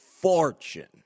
fortune